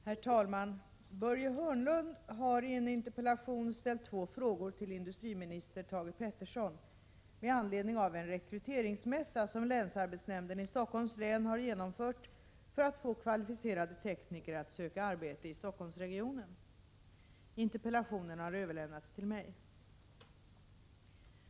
Herr talman! Börje Hörnlund har i en interpellation ställt två frågor till industriminister Thage Peterson med anledning av en rekryteringsmässa som länsarbetsnämnden i Stockholms län har genomfört för att få kvalificerade tekniker att söka arbete i Stockholmsregionen. Interpellationen har överlämnats till mig.